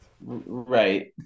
right